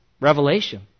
revelation